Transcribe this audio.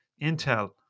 Intel